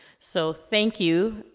so, thank you,